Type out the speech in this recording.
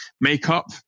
Makeup